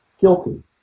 guilty